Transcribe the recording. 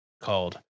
called